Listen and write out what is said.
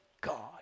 God